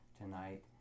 tonight